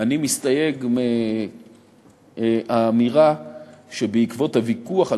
אני מסתייג מהאמירה שבעקבות הוויכוח על